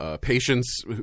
Patients